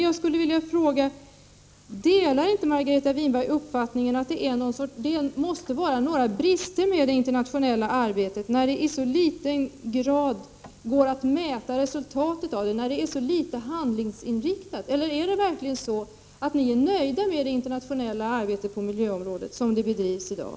Jag skulle vilja fråga: Delar inte Margareta Winberg uppfattningen att det måste finnas brister i det internationella arbetet, eftersom det är så svårt att mäta resultatet och eftersom arbetet är så litet handlingsinriktat? Eller är ni verkligen nöjda med det sätt på vilket det internationella arbetet på miljöområdet bedrivs i dag.